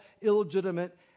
illegitimate